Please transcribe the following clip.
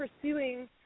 pursuing